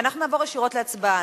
ואנחנו נעבור ישירות להצבעה.